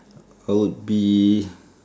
I would be